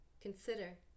consider